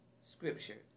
scripture